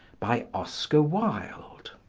by oscar wilde